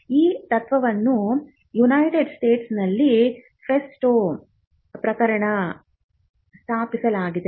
ಈ ತತ್ವವನ್ನು ಯುನೈಟೆಡ್ ಸ್ಟೇಟ್ಸ್ನಲ್ಲಿ ಫೆಸ್ಟೋ ಪ್ರಕರಣದಲ್ಲಿ ಸ್ಥಾಪಿಸಲಾಗಿದೆ